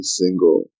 single